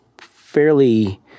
fairly